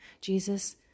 Jesus